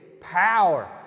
power